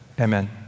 Amen